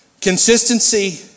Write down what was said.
Consistency